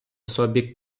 собі